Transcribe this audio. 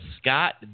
Scott